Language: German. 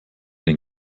den